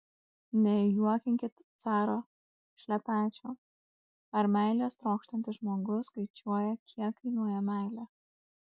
nejuokinkit caro šlepečių ar meilės trokštantis žmogus skaičiuoja kiek kainuoja meilė